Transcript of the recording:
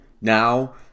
now